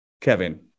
Kevin